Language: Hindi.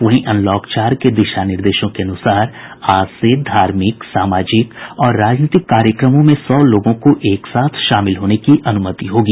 वहीं अनलॉक चार के दिशा निर्देशों के अनुसार आज से धार्मिक सामाजिक और राजनीतिक कार्यक्रमों में सौ लोगों को एक साथ शामिल होने की अनुमति होगी